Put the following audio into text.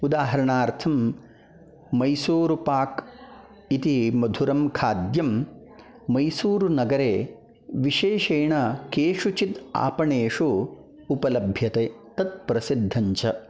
उदाहरणार्थं मैसूरुपाक् इति मधुरं खाद्यं मैसूरुनगरे विशेषेण केषुचित् आपणेषु उपलभ्यते तत् प्रसिद्धञ्च